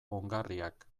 ongarriak